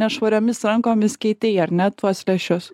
nešvariomis rankomis keitei ar ne tuos lęšius